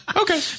Okay